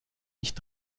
nicht